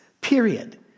period